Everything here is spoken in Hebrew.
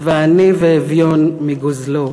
ועני ואביון מגֹזלו,